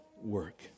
work